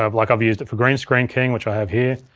um like, i've used it for green screen keying which i have here,